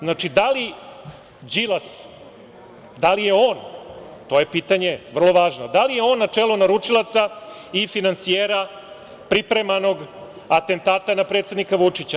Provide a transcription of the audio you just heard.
Znači, da li Đilas, da li je on, to je pitanje vrlo važno, da li je na čelo naručilaca i finansijera pripremanog atentata na predsednika Vučića?